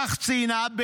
כך ציינה,